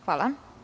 Hvala.